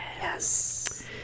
yes